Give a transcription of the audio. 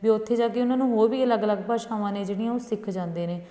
ਵੀ ਉੱਥੇ ਜਾ ਕੇ ਉਹਨਾਂ ਨੂੰ ਹੋਰ ਵੀ ਅਲੱਗ ਅਲੱਗ ਭਾਸ਼ਾਵਾਂ ਨੇ ਜਿਹੜੀਆਂ ਉਹ ਸਿੱਖ ਜਾਂਦੇ ਨੇ